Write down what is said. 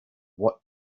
what